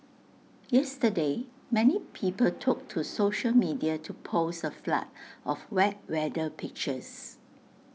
yesterday many people took to social media to post A flood of wet weather pictures